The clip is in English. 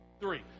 Three